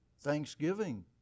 Thanksgiving